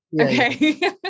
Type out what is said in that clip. Okay